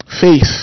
faith